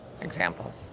Examples